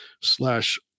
slash